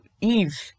Eve